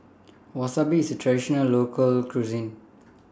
Wasabi IS A Traditional Local Cuisine